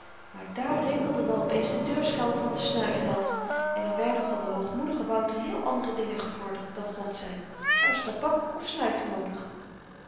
maar daar rinkelde dan op eens de deurschel van de snuifhelft en er werden van den hoogmoedigen wouter heel andere dingen gevorderd dan god zyn er was tabak of snuif noodig